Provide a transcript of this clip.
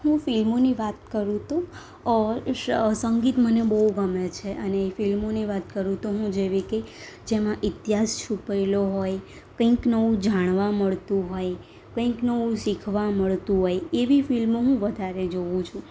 હું ફિલ્મોની વાત કરું તો ઓર સંગીત મને બહુ ગમે છે અને ફિલ્મોની વાત કરું તો હું જેવી કે જેમાં ઇતિહાસ છૂપાએલો હોય કંઈક નવું જાણવા મળતું હોય કંઈક નવું શીખવા મળતું હોય એવી ફિલ્મો હું વધારે જોવું છું